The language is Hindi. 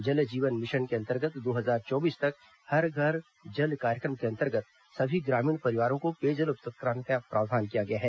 जल जीवन मिशन के अंतर्गत दो हजार चौबीस तक हर घर जल कार्यक्रम के अंतर्गत सभी ग्रामीण परिवारों को पेयजल उपलब्ध कराने का प्रावधान किया गया है